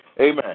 Amen